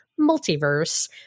multiverse